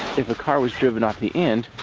if a car was driven off the end,